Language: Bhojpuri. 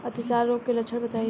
अतिसार रोग के लक्षण बताई?